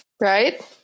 right